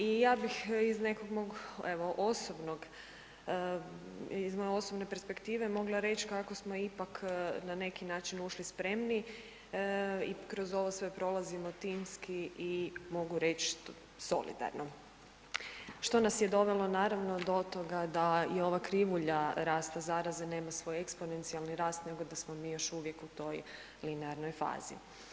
I ja bih iz nekog mog evo osobnog, iz moje osobne perspektive mogla reć kako smo ipak na neki način ušli spremni i kroz ovo sve prolazimo timski i mogu reć solidarno, što nas je dovelo naravno do toga da i ova krivulja rasta zaraze nema svoj eksponencijalni rast nego da smo mi još uvijek u toj linearnoj fazi.